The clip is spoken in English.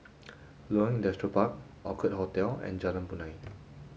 Loyang Industrial Park Orchid Hotel and Jalan Punai